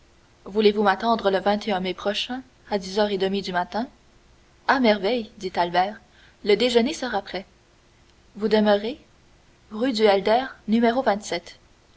voulez-vous m'attendre le mai prochain à dix heures et demie du matin à merveille dit albert le déjeuner sera prêt vous demeurez rue du helder n